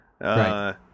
Right